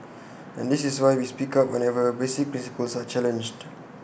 and this is why we speak up whenever basic principles are challenged